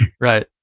right